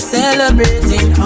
celebrating